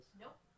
Nope